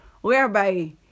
Whereby